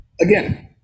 again